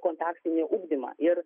kontaktinį ugdymą ir